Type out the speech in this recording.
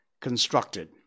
constructed